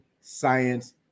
science